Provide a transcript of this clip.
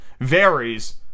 varies